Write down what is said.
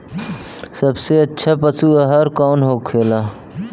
सबसे अच्छा पशु आहार कौन होखेला?